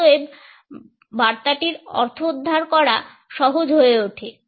অতএব বার্তাটির অর্থোদ্ধার করা সহজ হয়ে ওঠে